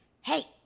hey